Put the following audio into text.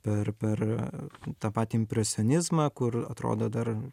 per per tą patį impresionizmą kur atrodo dar